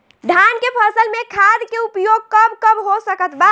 धान के फसल में खाद के उपयोग कब कब हो सकत बा?